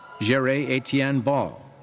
jerrae etienne ball.